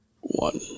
One